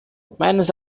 meines